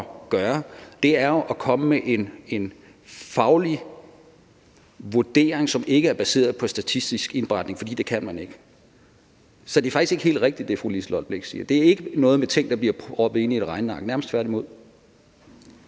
gøre, er jo at komme med en faglig vurdering, som ikke er baseret på statistisk indberetning, for det kan man ikke. Så det, fru Liselott Blixt siger, er faktisk ikke helt rigtigt. Det har ikke noget at gøre med ting, der bliver proppet ind i et regneark, nærmest tværtimod.